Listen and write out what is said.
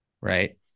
right